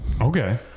Okay